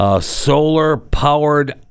solar-powered